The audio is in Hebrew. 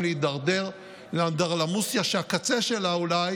להידרדר לאנדרלמוסיה שהקצה שלה הוא אולי